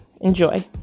Enjoy